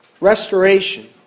restoration